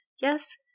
Yes